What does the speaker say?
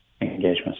engagements